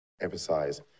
emphasize